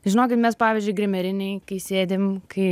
žinokit mes pavyzdžiui grimerinėj kai sėdim kai